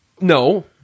No